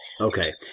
Okay